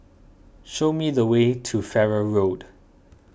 show me the way to Farrer Road